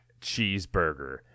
cheeseburger